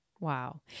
Wow